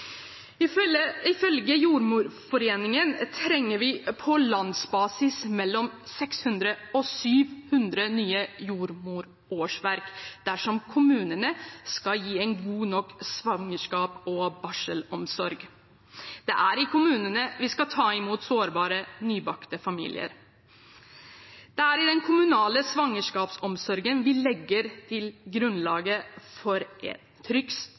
Ifølge Den norske jordmorforening trenger vi på landsbasis mellom 600 og 700 nye jordmorårsverk dersom kommunene skal gi en god nok svangerskaps- og barselomsorg. Det er i kommunene vi skal ta imot sårbare nybakte familier. Det er i den kommunale svangerskapsomsorgen vi legger grunnlaget for et trygt svangerskap og en